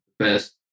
best